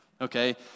Okay